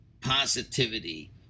positivity